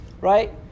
right